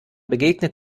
begegnet